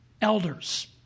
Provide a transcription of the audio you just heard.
elders